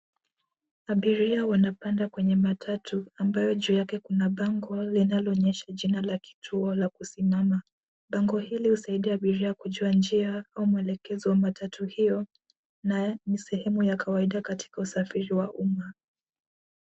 Abiria wanapanda kwenye matatu ambayo juu yake kuna bango linaloonyesha jina la kituo la kusimama. Bango hili husaidia abiria kujua njia au mwelekezo wa matatu hiyo na ni sehemu ya kawaida katika usafiri wa umma.